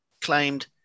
claimed